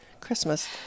Christmas